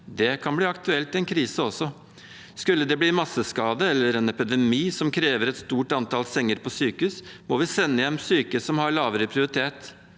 Det kan bli aktuelt i en krise også. Skulle det bli masseskade eller en epidemi som krever et stort antall senger på sykehus, må vi sende hjem syke som har lavere prioritet.